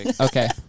okay